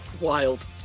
Wild